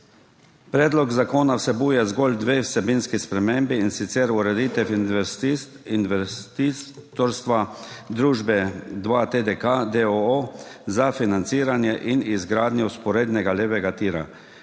Predlog zakona vsebuje zgolj dve vsebinski spremembi, in sicer ureditev investitorstva družbe 2TDK, d. o. o., za financiranje in izgradnjo vzporednega levega tira